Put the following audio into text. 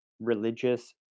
religious